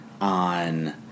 on